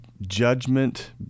judgment